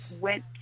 went